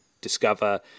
discover